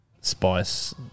spice